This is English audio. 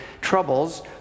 troubles